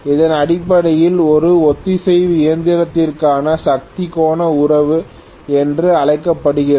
இது அடிப்படையில் ஒரு ஒத்திசைவு இயந்திரத்திற்கான சக்தி கோண உறவு என்று அழைக்கப்படுகிறது